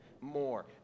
more